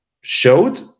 showed